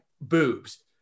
boobs